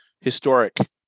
historic